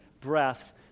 breath